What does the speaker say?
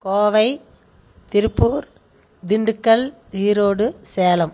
Kovai Tiruppur Dindigul Erode Salem